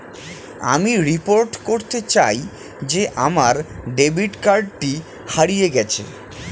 আমি রিপোর্ট করতে চাই যে আমার ডেবিট কার্ডটি হারিয়ে গেছে